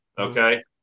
Okay